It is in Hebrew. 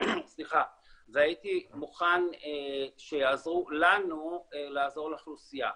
והייתי מוכן שיעזרו לנו לעזור לאוכלוסייה.